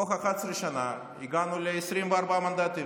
תוך 11 שנה הגענו ל-24 מנדטים.